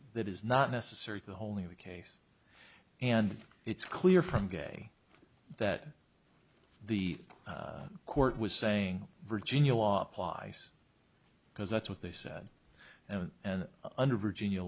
that is not necessarily the holy of the case and it's clear from day that the court was saying virginia law applies because that's what they said and under virginia